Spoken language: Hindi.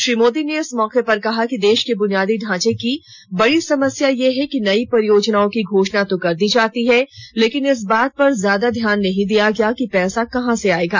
श्री मोदी ने इस मौके पर कहा कि देश के बुनियादी ढांचे की बड़ी समस्या यह है कि नई परियोजनाओं की घोषणा तो कर दी जाती है लेकिन इस बात पर ज्यादा ध्यान नहीं दिया गया कि पैसा कहां से आएगा